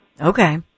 Okay